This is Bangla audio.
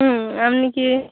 হুম আমনি কি